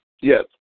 Yes